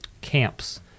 camps